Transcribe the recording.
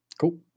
cool